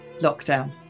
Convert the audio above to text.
lockdown